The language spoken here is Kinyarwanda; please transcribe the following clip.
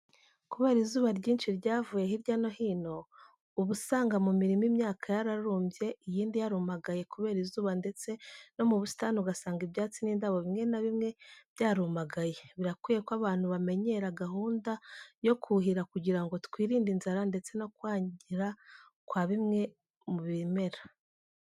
Kubera izuba ryinshi ryavuye hirya no hino, uba usanga mu mirima imyaka yararumbye iyindi yarumagaye kubera izuba ndetse no mu busitani ugasanga ibyatsi n'indabo bimwe na bimwe byarumagaye. Birakwiye ko abantu bamenyera gahunda yo kuhira kugira ngo twirinde inzara ndetse no kwangira kwa bimwe mu bimera.